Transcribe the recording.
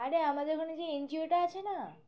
আরে আমাদের ওখানে যে এনজিওটা আছে না